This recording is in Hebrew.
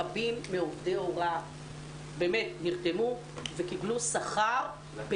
רבים מעובדי ההוראה נרתמו וקיבלו שכר גם